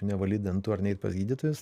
nevalyt dantų ar neit pas gydytojus